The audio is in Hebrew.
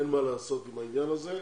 אין מה לעשות עם העניין הזה.